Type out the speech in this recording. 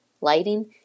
lighting